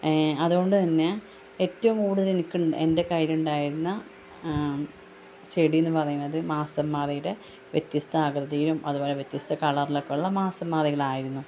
അതുകൊണ്ട് തന്നെ ഏറ്റവും കൂടുതലെനി എൻ്റെ കയ്യിലുണ്ടായിരുന്ന ചെടി എന്നു പറയുന്നത് മാസംമാറിയുടെ വ്യത്യസ്ത ആകൃതിയിലും അതുപോലെ വ്യത്യസ്ത കളറിലൊക്കെയുള്ള മാസംമാറികളായിരുന്നു